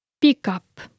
pick-up